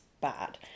bad